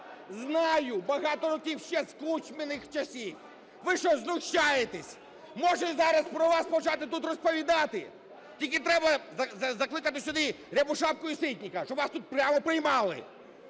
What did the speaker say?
знаю, багато років, ще з кучминих часів. (Шум у залі) Ви що, знущаєтесь? Може зараз про вас почати тут розповідати? Тільки треба закликати сюди Рябошапку і Ситника, щоб вас тут прямо спіймали,